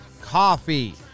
Coffee